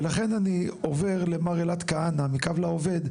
ולכן אני עובר אל מר אלעד כהנא מ-"קו לעובד",